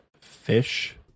fish